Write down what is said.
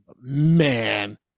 Man